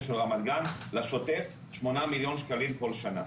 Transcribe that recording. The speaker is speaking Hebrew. של רמת גן לשוטף 8 מיליון שקלים כל שנה,